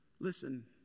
Listen